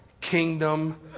kingdom